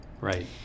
Right